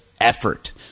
effort